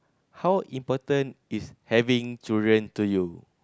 how important is having children to you